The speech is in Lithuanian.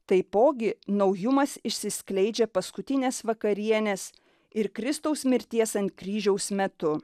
taipogi naujumas išsiskleidžia paskutinės vakarienės ir kristaus mirties ant kryžiaus metu